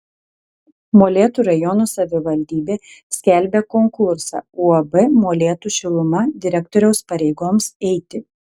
molėtų rajono savivaldybė skelbia konkursą uab molėtų šiluma direktoriaus pareigoms eiti